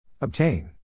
Obtain